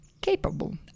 capable